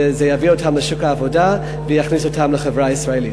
וזה יביא אותם לשוק העבודה ויכניס אותם לחברה הישראלית.